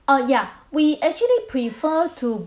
oh ya we actually prefer to